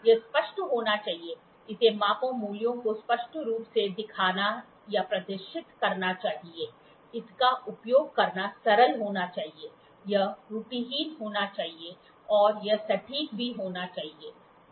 यह स्पष्ट होना चाहिए इसे मापा मूल्यों को स्पष्ट रूप से दिखाना या प्रदर्शित करना चाहिए इसका उपयोग करना सरल होना चाहिए यह त्रुटिहीन होना चाहिए और यह सटीक भी होना चाहिए